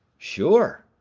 sure,